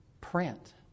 print